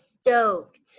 stoked